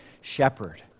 shepherd